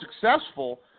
successful –